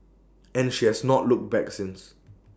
and she has not looked back since